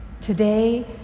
Today